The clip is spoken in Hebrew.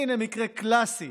הינה מקרה קלאסי